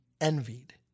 envied